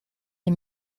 les